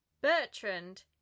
bertrand